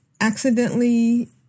accidentally